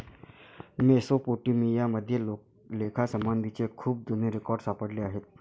Mesopotamia मध्ये लेखासंबंधीचे खूप जुने रेकॉर्ड सापडले आहेत